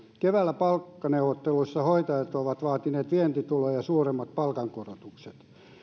keväällä palkkaneuvotteluissa hoitajat ovat vaatineet vientituloja suuremmat palkankorotukset